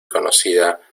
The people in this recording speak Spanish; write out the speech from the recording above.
conocida